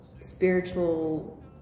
spiritual